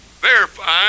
verify